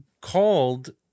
called